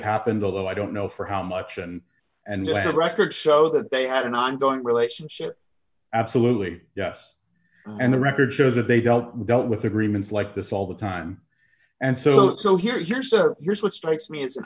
happened although i don't know for how much and i have records show that they have an ongoing relationship absolutely yes and the record shows that they dealt with agreements like this all the time and so that so here here sir here's what strikes me as an